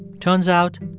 turns out,